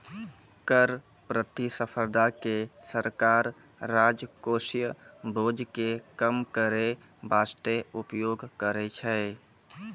कर प्रतिस्पर्धा के सरकार राजकोषीय बोझ के कम करै बासते उपयोग करै छै